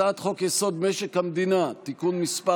הצעת חוק-יסוד: משק המדינה (תיקון מס'